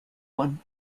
one